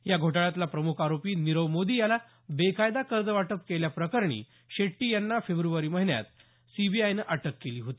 या घोटाळ्यातला प्रमुख आरोपी नीरव मोदी याला बेकायदा कर्जवाटप केल्याप्रकरणी शेट्टी यांना फेब्रवारी महिन्यात सीबीआयनं अटक केली होती